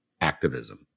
activism